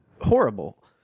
horrible